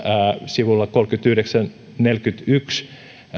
sivuilla kolmekymmentäyhdeksän viiva neljäkymmentäyksi